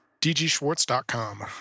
DGSchwartz.com